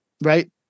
right